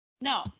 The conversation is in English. no